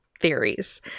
theories